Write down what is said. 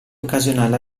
occasionale